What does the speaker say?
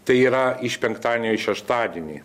tai yra iš penktadienio į šeštadienį